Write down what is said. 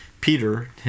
Peter